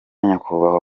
nyakubahwa